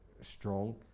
strong